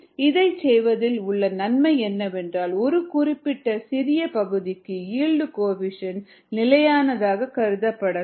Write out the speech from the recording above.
இதைச் செய்வதில் உள்ள நன்மை என்னவென்றால் ஒரு குறிப்பிட்ட சிறிய பகுதிக்கு ஈல்டு கோஎஃபீஷியேன்ட் நிலையானதாகக் கருதப்படலாம்